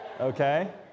Okay